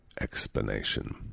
explanation